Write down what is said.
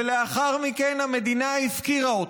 ולאחר מכן המדינה הפקירה אותם.